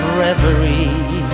reverie